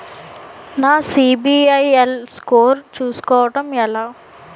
నా సిబిఐఎల్ స్కోర్ చుస్కోవడం ఎలా?